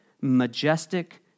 majestic